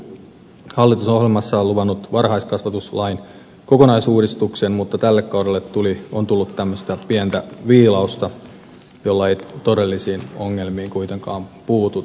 hallitus on ohjelmassaan luvannut varhaiskasvatuslain kokonaisuudistuksen mutta tälle kaudelle on tullut tämmöistä pientä viilausta jolla ei todellisiin ongelmiin kuitenkaan puututa